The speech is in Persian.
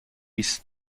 است